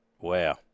Wow